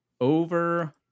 Over